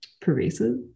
pervasive